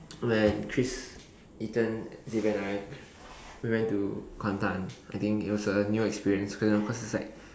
when Chris Ethan Liv and I we went to Kuantan I think it was a new experience cause you know because it was like